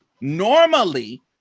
Normally